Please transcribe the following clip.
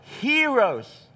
heroes